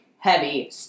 Heavy